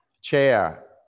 Chair